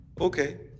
okay